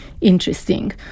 interesting